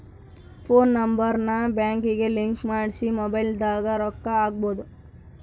phone number ನ ಬ್ಯಾಂಕಿಗೆ link ಮಾಡ್ಸಿ ಮೊಬೈಲದಾಗ ರೊಕ್ಕ ಹಕ್ಬೊದು